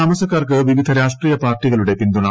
താമസക്കാർക്ക് പിവിധ് രാഷ്ട്രീയ പാർട്ടികളുടെ പിന്തുണ